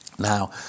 Now